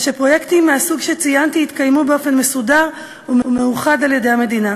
ושפרויקטים מהסוג שציינתי יתקיימו באופן מסודר ומאוחד על-ידי המדינה.